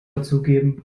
dazugeben